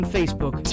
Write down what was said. Facebook